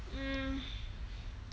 um